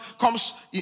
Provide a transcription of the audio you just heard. comes